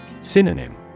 Synonym